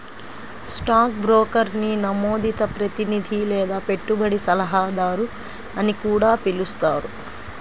stock బ్రోకర్ని నమోదిత ప్రతినిధి లేదా పెట్టుబడి సలహాదారు అని కూడా పిలుస్తారు